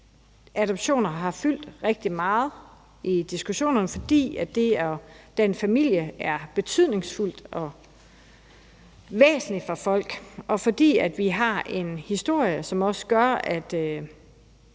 adoptioner har fyldt rigtig meget i diskussionerne, fordi det at danne familie er betydningsfuldt og væsentligt for folk, og fordi vi har en historie, som også gør, at